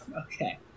Okay